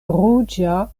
ruĝa